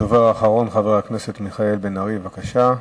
הדובר האחרון, חבר הכנסת מיכאל בן-ארי, בבקשה.